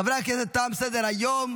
חברי הכנסת, תם סדר-היום.